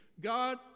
God